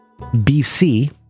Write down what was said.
BC